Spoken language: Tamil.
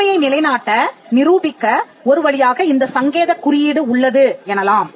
உரிமையை நிலைநாட்ட நிரூபிக்க ஒரு வழியாக இந்த சங்கேதக் குறியீடு உள்ளது எனலாம்